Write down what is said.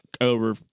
over